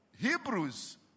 Hebrews